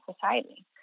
society